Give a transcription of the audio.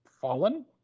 fallen